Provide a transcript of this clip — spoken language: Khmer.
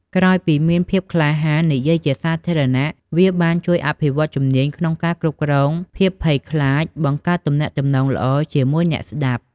ក្រោយពីមានភាពក្លាហាននិយាយជាសាធារណៈ វាបានជួយអភិវឌ្ឍជំនាញក្នុងការគ្រប់គ្រងភាពភ័យខ្លាច និងបង្កើតទំនាក់ទំនងល្អជាមួយអ្នកស្តាប់។